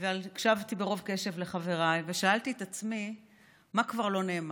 אבל הקשבתי ברוב קשב לחבריי ושאלתי את עצמי מה כבר לא נאמר,